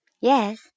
Yes